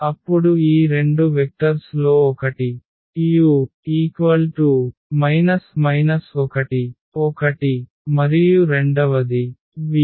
అప్పుడు ఈ రెండు వెక్టర్స్ లో ఒకటి u 1 1 మరియు రెండవది v 2 1